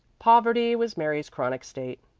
poverty was mary's chronic state.